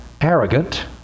arrogant